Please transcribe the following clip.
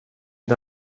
det